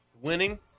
winning